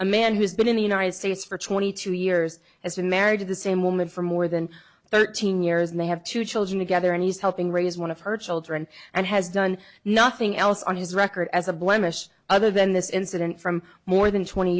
a man who's been in the united states for twenty two years has been married to the same woman for more than thirteen years and they have two children together and he's helping raise one of her children and has done nothing else on his record as a blemish other than this incident from more than twenty